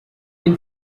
been